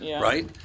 right